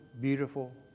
beautiful